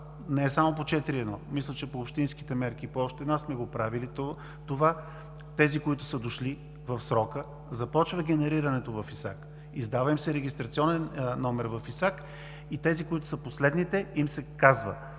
не само по 4.1 – мисля, че по общинските мерки, по още една сме го правили това, тези, които са дошли в срока, започва генерирането в ИСАК, издава им се регистрационен номер в ИСАК, и тези, които са последните, им се казва